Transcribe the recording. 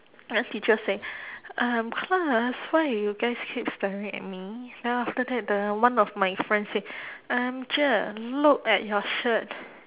then teacher say um class why are you guys keep staring at me then after that the one of my friend say um cher look at your shirt